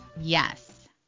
Yes